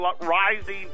rising